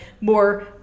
more